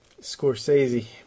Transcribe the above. Scorsese